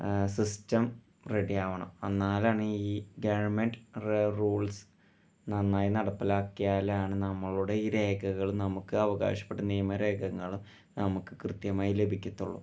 system റെഡിയാവണം എന്നാലാണ് ഈ ഗവണ്മെൻ്റ് റൂൾസ് നന്നായി നടപ്പിലാക്കിയാലാണ് നമ്മളുടെ ഈ രേഖകൾ നമുക്ക് അവകാശപ്പെടുന്ന നിയമ രേഖകളും നമുക്ക് കൃത്യമായി ലഭിക്കത്തുള്ളൂ